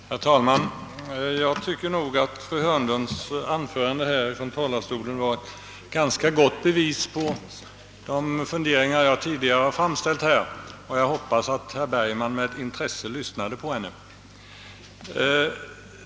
Herr talman! Jag tycker att fru Hörnlunds anförande var ett ganska gott bevis på riktigheten av de funderingar jag tidigare framfört här, och jag hoppas att herr Bergman med intresse lyssnade på henne.